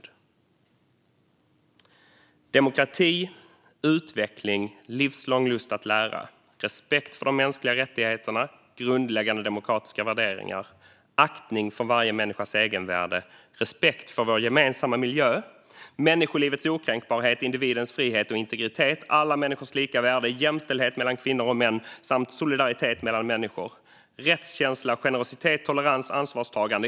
Det handlar om demokrati, utveckling, livslång lust att lära, respekt för de mänskliga rättigheterna, grundläggande demokratiska värderingar, aktning för varje människas egenvärde, respekt för vår gemensamma miljö, människolivets okränkbarhet, individens frihet och integritet, alla människors lika värde, jämställdhet mellan kvinnor och män samt solidaritet mellan människor, rättskänsla, generositet, tolerans och ansvarstagande.